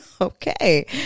Okay